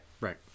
Right